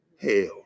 hell